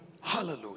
Hallelujah